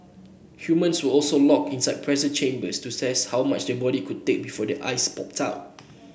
humans were also locked inside pressure chambers to test how much the body could take before their eyes popped out